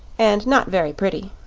and not very pretty.